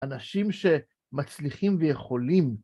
אנשים שמצליחים ויכולים.